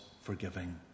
forgiving